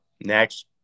Next